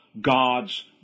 God's